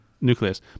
nucleus